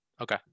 Okay